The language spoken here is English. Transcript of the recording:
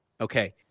Okay